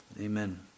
Amen